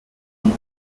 dem